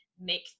make